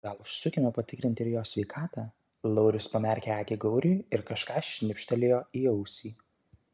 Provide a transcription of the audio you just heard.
gal užsukime patikrinti ir jo sveikatą laurius pamerkė akį gauriui ir kažką šnibžtelėjo į ausį